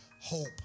Hope